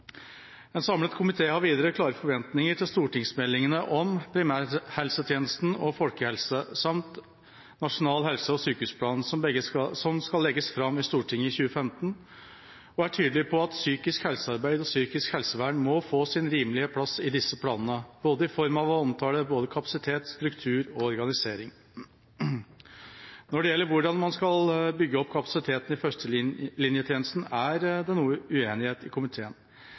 En samlet komité har videre klare forventninger til stortingsmeldingene om primærhelsetjeneste og folkehelse samt nasjonal helse- og sykehusplan, som skal legges fram i Stortinget i 2015, og er tydelig på at psykisk helsearbeid og psykisk helsevern må få sin rimelige plass i disse planene, både i form av å omtale kapasitet, struktur og organisering. Når det gjelder hvordan man skal bygge opp kapasiteten i førstelinjetjenesten, er det noe uenighet i komiteen.